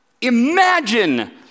Imagine